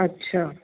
अच्छा